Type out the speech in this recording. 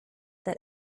that